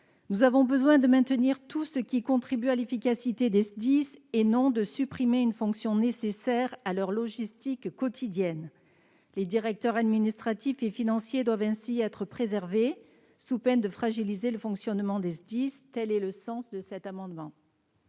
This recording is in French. Nous avons besoin de maintenir tout ce qui contribue à l'efficacité de ces services et non de supprimer une fonction nécessaire à leur logistique quotidienne. Les directeurs administratifs et financiers ne doivent donc pas être supprimés, sous peine de fragiliser le fonctionnement des services départementaux d'incendie et